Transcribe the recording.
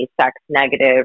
sex-negative